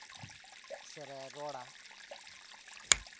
ᱥᱮᱞᱮ ᱨᱚᱲᱼᱟ